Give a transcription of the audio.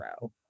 row